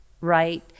right